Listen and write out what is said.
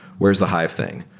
where's the hive thing?